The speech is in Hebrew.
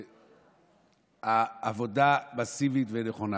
העבודה מסיבית ונכונה.